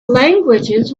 languages